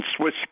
Swiss